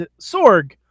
Sorg